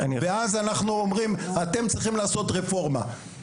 ואז אנחנו אומרים 'אתם צריכים לעשות רפורמה'.